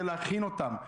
להכין אותם.